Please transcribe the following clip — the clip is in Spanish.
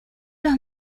los